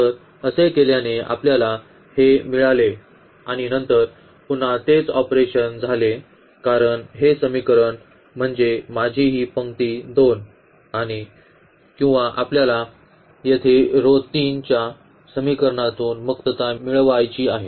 तर असे केल्याने आपल्याला हे मिळाले आणि नंतर पुन्हा तेच ऑपरेशन झाले कारण हे समीकरण म्हणजे माझी ही पंक्ती 2 आहे किंवा आपल्याला येथे रो 3 या समीकरणातून मुक्तता मिळवायची आहे